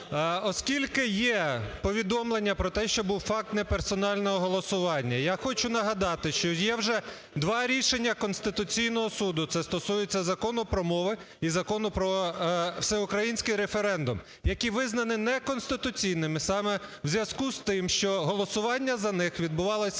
Оскільки є повідомлення про те, що був факт неперсонального голосування, я хочу нагадати, що є вже два рішення Конституційного Суду, це стосується Закону "Про мови" і Закону "Про всеукраїнський референдум", які визнані неконституційними саме в зв'язку з тим, що голосування за них відбувалося